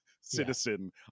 citizen